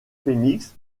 phoenix